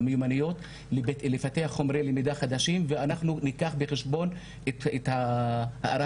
והמיומנויות לפתח חומרי למידה חדשים ואנחנו ניקח בחשבון את ההערה